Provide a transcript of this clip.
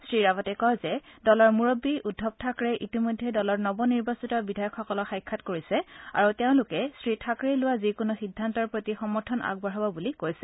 শ্ৰী ৰাৱটে কয় যে দলৰ মুৰববী উদ্ধৱ থাকৰেই ইতিমধ্যে দলৰ নৱ নিৰ্বাচিত বিধায়কসকলক সাক্ষাৎ কৰিছে আৰু তেওঁলোকে শ্ৰী থাকৰেই লোৱা যিকোনো সিদ্ধান্তৰ প্ৰতি সমৰ্থন আগবঢ়াব বুলি কৈছে